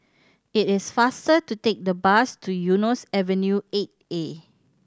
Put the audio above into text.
it is faster to take the bus to Eunos Avenue Eight A